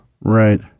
Right